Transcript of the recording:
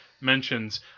mentions